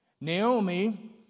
Naomi